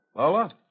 Lola